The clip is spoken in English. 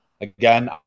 Again